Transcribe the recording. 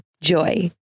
JOY